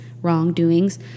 wrongdoings